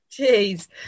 Jeez